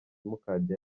simukadi